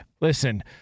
Listen